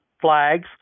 flags